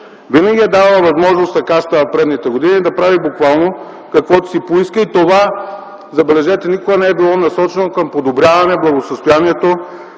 прави буквално каквото си поиска и това, забележете, никога не е било насочено към подобряване благосъстоянието